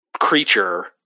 creature